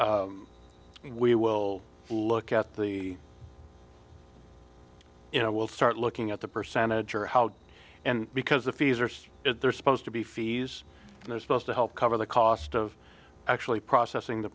onerous we will look at the you know we'll start looking at the percentage or how and because the fees are so if there's supposed to be fees and they're supposed to help cover the cost of actually processing the